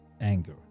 anger